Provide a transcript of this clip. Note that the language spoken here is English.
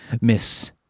Miss